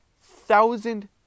thousand